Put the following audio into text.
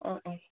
okay